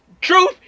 truth